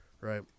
right